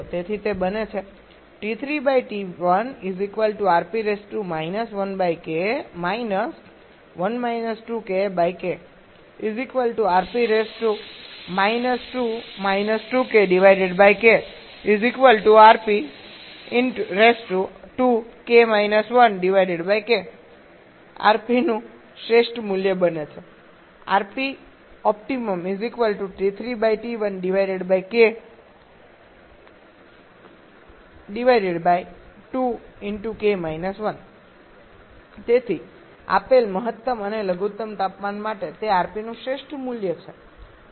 તેથી તે બને છે rp નું શ્રેષ્ઠ મૂલ્ય બને છે તેથી આપેલ મહત્તમ અને લઘુત્તમ તાપમાન માટે તે rp નું શ્રેષ્ઠ મૂલ્ય છે